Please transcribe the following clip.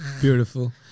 Beautiful